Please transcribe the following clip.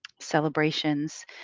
celebrations